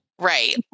Right